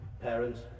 parents